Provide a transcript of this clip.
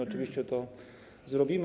Oczywiście to zrobimy.